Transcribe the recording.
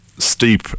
steep